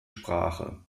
sprache